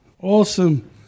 Awesome